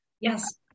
Yes